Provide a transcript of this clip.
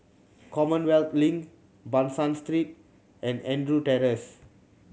Commonwealth Link Ban San Street and Andrews Terrace